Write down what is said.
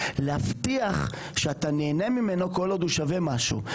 להבטיח שאתה נהנה ממנו כל עוד הוא שווה משהו.